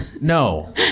No